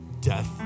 Death